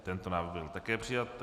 Tento návrh byl také přijat.